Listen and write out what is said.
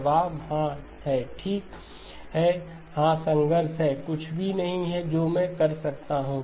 जवाब हां है ठीक है हां संघर्ष है कुछ भी नहीं है जो मैं कर सकता हूं